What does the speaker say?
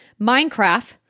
Minecraft